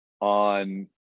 on